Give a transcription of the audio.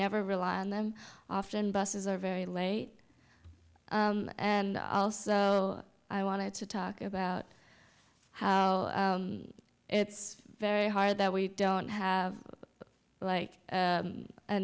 never rely on them often buses are very late and also i wanted to talk about how it's very hard that we don't have like